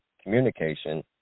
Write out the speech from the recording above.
communication